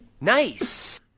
Nice